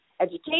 education